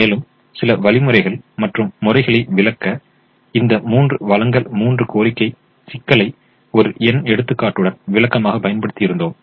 மேலும் சில வழிமுறைகள் மற்றும் முறைகளை விளக்க இந்த மூன்று வழங்கல் மூன்று கோரிக்கை சிக்கலை ஒரு எண் எடுத்துக்காட்டுடன் விளக்கமாகப் பயன்படுத்தி இருந்தோம்